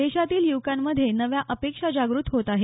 देशातील युवकांमध्ये नव्या अपेक्षा जागृत होत आहेत